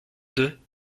deux